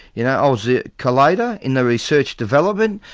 you know ah was the collator in the research development,